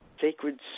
sacred